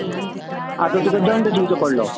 आतां तुका दंड दिवचो पडलो